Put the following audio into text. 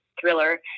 thriller